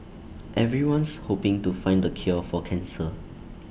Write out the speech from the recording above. everyone's hoping to find the cure for cancer